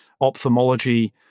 ophthalmology